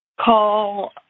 call